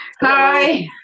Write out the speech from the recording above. hi